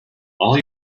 all